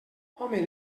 home